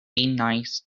nice